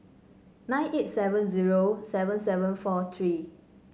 nine eight seven zero seven seven four three